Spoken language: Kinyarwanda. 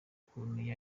ukuntu